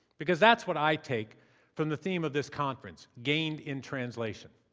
because that's what i take from the theme of this conference gained in translation.